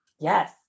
Yes